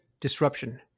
disruption